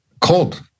cold